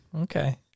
okay